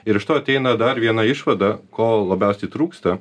ir iš to ateina dar viena išvada ko labiausiai trūksta